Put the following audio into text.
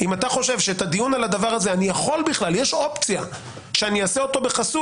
אם אתה חושב שאת הדיון על הדבר הזה יש אופציה שאני אעשה בחסוי,